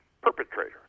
perpetrator